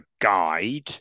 guide